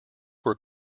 were